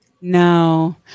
No